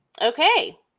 Okay